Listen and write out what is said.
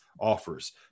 offers